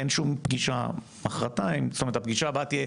אין שום פגישה מחרתיים, הפגישה הבאה תהיה